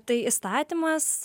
tai įstatymas